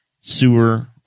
sewer